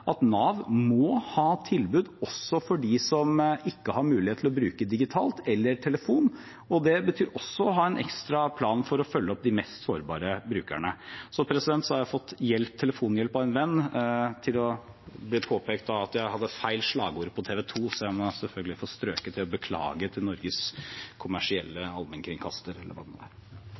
som ikke har mulighet til å bruke digitale tjenester eller telefon. Det betyr også å ha en ekstra plan for å følge opp de mest sårbare brukerne. Så har jeg fått telefonhjelp av en venn, det ble påpekt at jeg hadde feil slagord for TV 2. Jeg må selvfølgelig få strøket det og beklage til Norges kommersielle